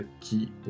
qui